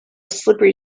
slippery